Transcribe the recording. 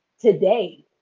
today